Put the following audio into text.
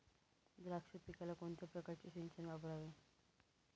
द्राक्ष पिकाला कोणत्या प्रकारचे सिंचन वापरावे?